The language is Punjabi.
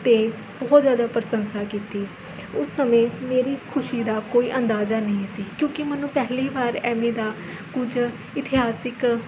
ਅਤੇ ਬਹੁਤ ਜ਼ਿਆਦਾ ਪ੍ਰਸ਼ੰਸਾ ਕੀਤੀ ਉਸ ਸਮੇਂ ਮੇਰੀ ਖੁਸ਼ੀ ਦਾ ਕੋਈ ਅੰਦਾਜ਼ਾ ਨਹੀਂ ਸੀ ਕਿਉਂਕਿ ਮੈਨੂੰ ਪਹਿਲੀ ਵਾਰ ਐਵੇਂ ਦਾ ਕੁਝ ਇਤਿਹਾਸਿਕ